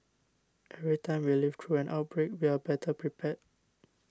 every time we live through an outbreak we are better prepared